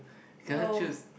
you cannot choose